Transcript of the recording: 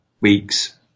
weeks